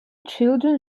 children